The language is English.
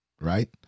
right